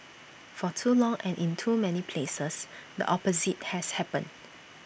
for too long and in too many places the opposite has happened